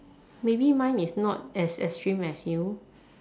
maybe mine is not as extreme as you